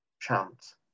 chance